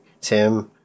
Tim